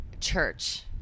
church